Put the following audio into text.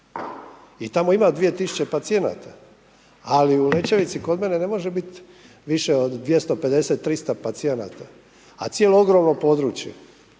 I tamo ima 2000 pacijenata, ali u Lećevici kod mene ne može biti više od 250, 300 pacijenata, a cijelo ogromno područje.